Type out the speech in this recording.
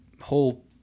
whole